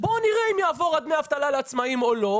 בוא נראה אם יעבור דמי האבטלה לעצמאים או לא,